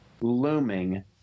looming